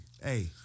Hey